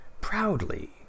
Proudly